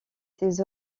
ses